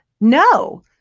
No